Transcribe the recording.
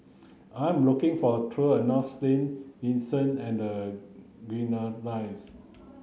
I'm looking for a tour around Saint Vincent and the Grenadines